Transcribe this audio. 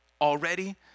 already